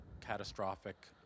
catastrophic